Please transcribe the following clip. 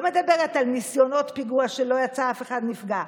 לא מדברת על ניסיונות פיגוע שלא יצא אף אחד נפגע,